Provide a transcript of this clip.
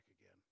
again